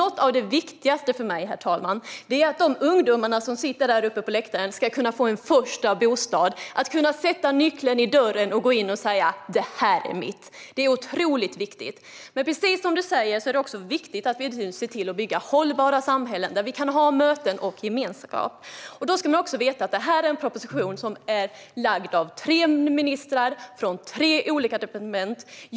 Något av det viktigaste för mig är att de ungdomar som sitter på läktaren ska kunna få en första bostad. Att få sätta nyckeln i dörren och gå in och säga "Detta är mitt" är otroligt viktigt. Men precis som du säger, Ola Johansson, är det också viktigt att vi bygger hållbara samhällen där vi kan ha möten och gemenskap. Denna proposition har lagts fram av tre ministrar på tre olika departement.